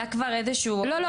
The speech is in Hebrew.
לא, לא.